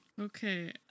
Okay